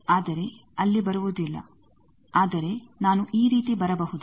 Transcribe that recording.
ಆದರೆ ಅಲ್ಲಿ ಬರುವುದಿಲ್ಲ ಆದರೆ ನಾನು ಈ ರೀತಿ ಬರಬಹುದೇ